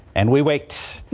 and we wait.